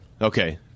Okay